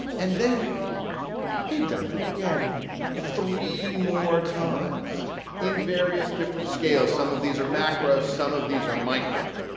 and then he does it again three more times in various different scales. some of these are macro some of these are micro.